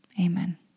Amen